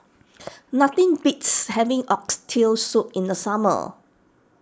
nothing beats having Oxtail Soup in the summer